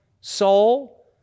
soul